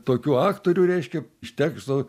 tokių aktorių reiškia iš teksto